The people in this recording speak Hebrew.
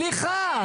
סליחה.